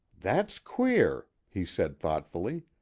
that's queer, he said thoughtfully.